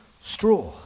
straw